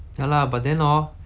ya lah but then hor